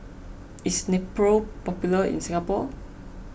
is Nepro popular in Singapore